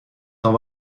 dans